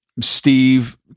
Steve